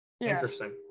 Interesting